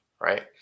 right